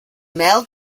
male